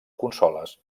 consoles